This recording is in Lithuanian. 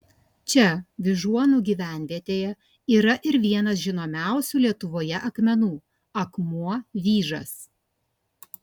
čia vyžuonų gyvenvietėje yra ir vienas žinomiausių lietuvoje akmenų akmuo vyžas